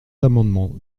amendement